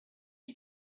you